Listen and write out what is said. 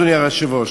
אדוני היושב-ראש.